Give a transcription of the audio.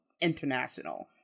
international